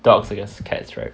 dogs against cats right